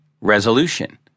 resolution